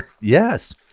Yes